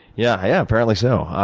yeah yeah, apparently so.